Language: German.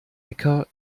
äcker